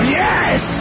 yes